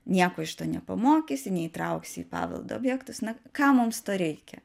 nieko iš to nepamokysi neįtrauksi į paveldo objektus na kam mums to reikia